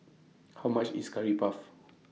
How much IS Curry Puff